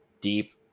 deep